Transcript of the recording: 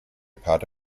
part